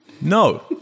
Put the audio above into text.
No